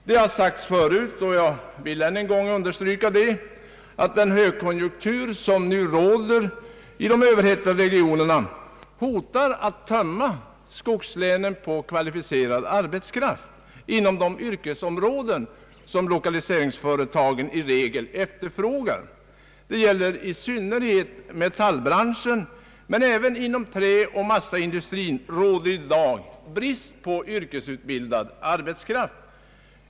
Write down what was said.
Det har sagts förut, men jag vill än en gång understryka det, att den högkonjunktur som nu råder i de överhettade regionerna hotar att tömma skogslänen på kvalificerad arbetskraft inom de yrkesområden som lokaliseringsföretagen i regel efterfrågar. Detta gäller i synnerhet metallbranschen, men även inom träoch massaindustrin råder i dag brist på yrkesutbildad arbetskraft.